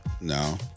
No